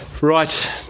Right